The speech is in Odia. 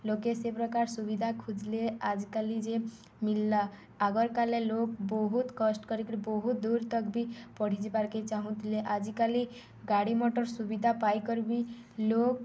ଲୋକେ ସେ ପ୍ରକାର ସୁବିଧା ଖୁଜିଲେ ଆଜ କାଲି ଯେ ମଳିଲା ଆଗର କଲି ଲୋକ ବହୁତ କଷ୍ଟ କରିକିରି ବହୁତ ଦୂର ତକ୍ ବି ପଢ଼ିଯିବାର୍କେ ଚାହୁଁଥିଲେ ଆଜିକାଲି ଗାଡ଼ି ମୋଟର୍ ସୁବିଧା ପାଇକର୍ ବି ଲୋକ